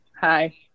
hi